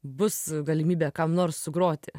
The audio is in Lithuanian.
bus galimybė kam nors sugroti